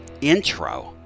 intro